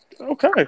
Okay